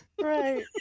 Right